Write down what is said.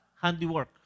handiwork